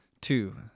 Two